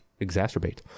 exacerbate